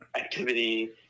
activity